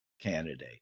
candidate